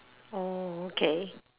oh okay